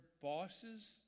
bosses